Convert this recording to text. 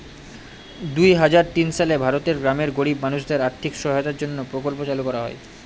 দুই হাজার তিন সালে ভারতের গ্রামের গরিব মানুষদের আর্থিক সহায়তার জন্য প্রকল্প চালু করা হয়